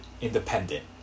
independent